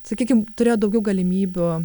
sakykim turėjo daugiau galimybių